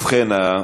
ובכן,